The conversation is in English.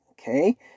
Okay